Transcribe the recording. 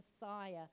Messiah